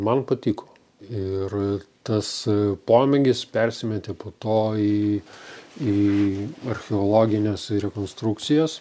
man patiko ir tas pomėgis persimetė po to į į archeologines rekonstrukcijas